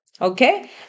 okay